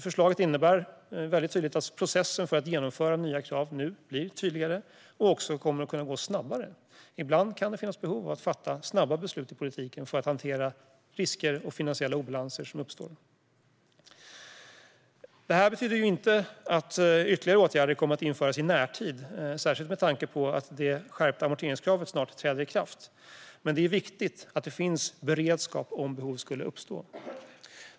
Förslaget innebär att processen för att genomföra nya krav nu blir tydligare och kommer att gå snabbare. Ibland kan det finnas behov av att fatta snabba beslut i politiken för att hantera risker och finansiella obalanser som uppstår. Detta betyder inte att ytterligare åtgärder kommer att vidtas i närtid, särskilt med tanke på att det skärpta amorteringskravet snart träder i kraft, men det är viktigt att det finns beredskap om behov skulle uppstå.